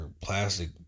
plastic